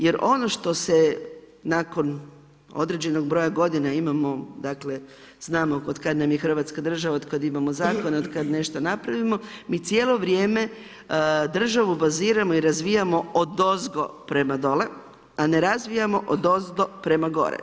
Jer ono što se nakon određenog broja godina imamo, dakle znamo od kad nam je Hrvatska država, od kad imamo zakone, od kad nešto napravimo mi cijelo vrijeme državu baziramo i razvijamo odozgo prema dole, a ne razvijamo odozdo prema gore.